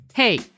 Hey